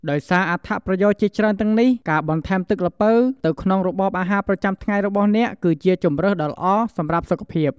ដោយសារអត្ថប្រយោជន៍ជាច្រើនទាំងនេះ ការបន្ថែមទឹកល្ពៅទៅក្នុងរបបអាហារប្រចាំថ្ងៃរបស់អ្នក គឺជាជម្រើសដ៏ល្អសម្រាប់សុខភាព។